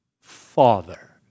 Father